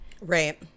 Right